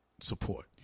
support